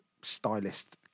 stylist